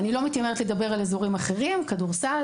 אני לא מתיימרת לדבר על אזורים אחרים: כדורסל,